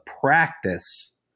practice